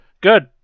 good